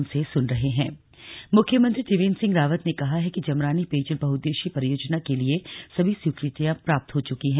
जमरानी पेयजल परियोजना सीएम मुख्यमंत्री त्रिवेन्द्र सिंह रावत ने कहा है कि जमरानी पेयजल बहुउद्देशीय परियोजना के लिए सभी स्वीकृतियां प्राप्त हो चुकी है